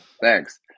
Thanks